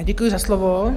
Děkuji za slovo.